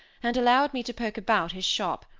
and allowed me to poke about his shop,